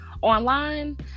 Online